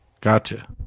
Gotcha